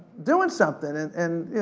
doing something? and, and